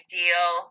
deal